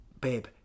Babe